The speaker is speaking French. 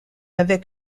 avec